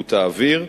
באיכות האוויר,